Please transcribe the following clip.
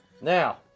now